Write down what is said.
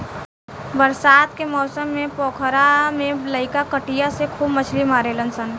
बरसात के मौसम पोखरा में लईका कटिया से खूब मछली मारेलसन